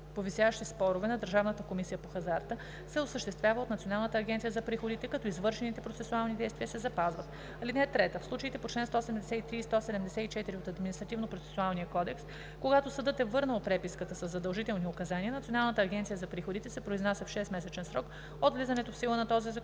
по висящи спорове на Държавната комисия по хазарта се осъществява от Националната агенция за приходите, като извършените процесуални действия се запазват. (3) В случаите по чл. 173 и 174 от Административнопроцесуалния кодекс, когато съдът е върнал преписката със задължителни указания, Националната агенция за приходите се произнася в 6-месечен срок от влизането в сила на този закон,